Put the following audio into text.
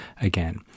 again